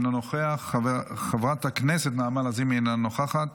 אינו נוכח, חברת הכנסת נעמה לזימי, אינה נוכחת,